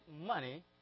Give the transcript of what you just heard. money